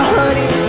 honey